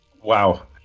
Wow